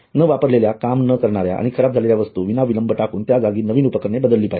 न वापरलेल्या काम न करणाऱ्या आणि खराब झालेल्या वस्तू विनाविलंब टाकून त्याजागी नवी उपकरणे बदलली पाहिजेत